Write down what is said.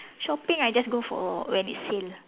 shopping I just go for when it's sale